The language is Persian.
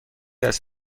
است